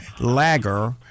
lager